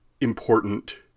important